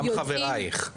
גם חברייך.